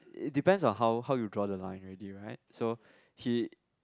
it depends on how how you draw the line already right so he